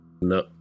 No